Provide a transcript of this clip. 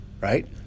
right